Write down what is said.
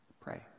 pray